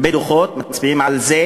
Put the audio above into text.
הרבה דוחות מצביעים על זה